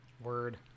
word